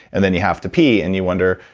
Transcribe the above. and then you have to pee, and you wonder,